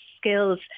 skills